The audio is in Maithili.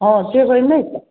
हँ जेबै नहि तऽ